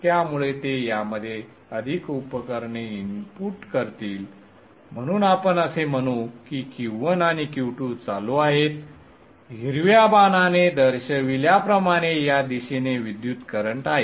त्यामुळे ते यामध्ये अधिक उपकरणे इनपुट करतील म्हणून आपण असे म्हणू की Q1 आणि Q2 चालू आहेत हिरव्या बाणाने दर्शविल्याप्रमाणे या दिशेने विद्युत करंट आहे